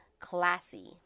Classy